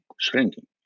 shrinking